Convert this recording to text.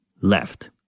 left